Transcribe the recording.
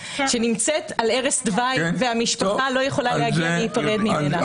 שנמצאת על ערש דווי והמשפחה לא יכולה להגיע להיפרד ממנה.